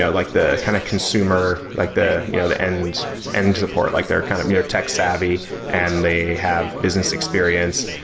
yeah like the kind of consumer, like the you know the end end support, like they're kind of tech savvy and they have business experience,